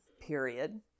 period